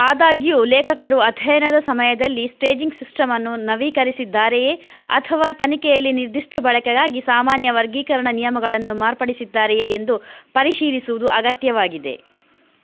ಆದಾಗ್ಯೂ ಲೇಖಕರು ಅಧ್ಯಯನದ ಸಮಯದಲ್ಲಿ ಸ್ಟೇಜಿಂಗ್ ಸಿಸ್ಟಮನ್ನು ನವೀಕರಿಸಿದ್ದಾರೆಯೇ ಅಥವಾ ತನಿಖೆಯಲ್ಲಿ ನಿರ್ದಿಷ್ಟ ಬಳಕೆಗಾಗಿ ಸಾಮಾನ್ಯ ವರ್ಗೀಕರಣ ನಿಯಮಗಳನ್ನು ಮಾರ್ಪಡಿಸಿದ್ದಾರೆಯೇ ಎಂದು ಪರಿಶೀಲಿಸುವುದು ಅಗತ್ಯವಾಗಿದೆ